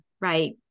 right